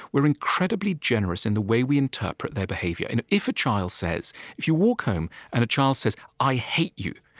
we're incredibly generous in the way we interpret their behavior and if a child says if you walk home, and a child says, i hate you,